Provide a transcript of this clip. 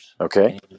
Okay